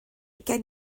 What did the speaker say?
gen